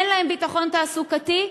אין להם ביטחון תעסוקתי,